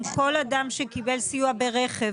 כל אדם שקיבל סיוע ברכב,